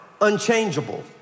unchangeable